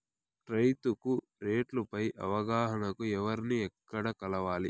రైతుకు రేట్లు పై అవగాహనకు ఎవర్ని ఎక్కడ కలవాలి?